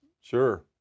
Sure